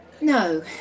No